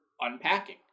unpacking